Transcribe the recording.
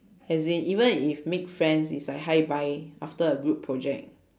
as in even if make friends it's like hi bye after a group project